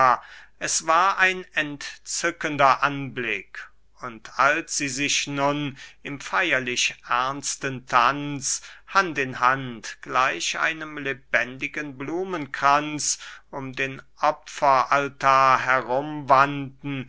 es war ein entzückender anblick und als sie sich nun im feyerlich ernsten tanz hand in hand gleich einem lebendigen blumenkranz um den opferaltar herum wanden